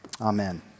Amen